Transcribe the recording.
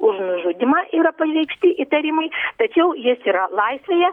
už nužudymą yra pareikšti įtarimai tačiau jis yra laisvėje